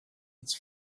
its